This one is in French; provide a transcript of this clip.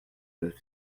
neuf